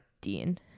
Dean